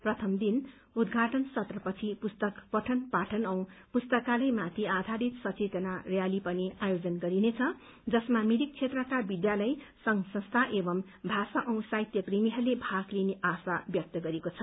प्रथम दिन उद्घाटन सत्रपछि पुस्तक पठन पाठन औ पुस्तकालयमाथि आधारित संवेतना रयाली पनि आयोजन गरिनेछ जसमा मिरिक क्षेत्रका विद्यालय संघ संस्था एवं भाषा औ साहित्य प्रेमीहस्ले भाग लिने आशा राखिएको छ